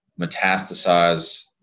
metastasize